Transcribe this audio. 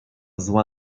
zła